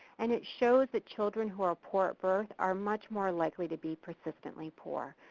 and it shows that children who are poor at birth are much more likely to be persistently poor.